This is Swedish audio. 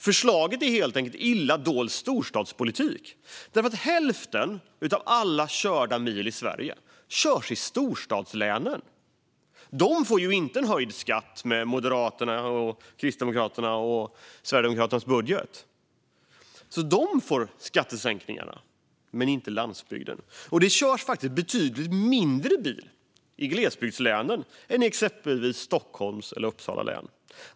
Förslaget är helt enkelt illa dold storstadspolitik, därför att hälften av alla körda mil i Sverige körs i storstadslänen. De får inte en höjd skatt med Moderaternas, Kristdemokraternas och Sverigedemokraternas budget. Storstadslänen får alltså skattesänkningarna, men inte landsbygden. Det körs faktiskt betydligt mindre bil i glesbygdslänen än i exempelvis Stockholms eller Uppsala län.